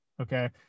okay